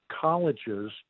colleges